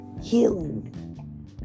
Healing